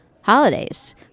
holidays